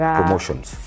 Promotions